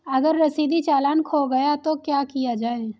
अगर रसीदी चालान खो गया तो क्या किया जाए?